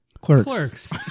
Clerks